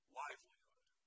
livelihood